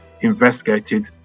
investigated